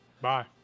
Bye